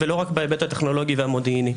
ולא רק בהיבט הטכנולוגי והמודיעיני.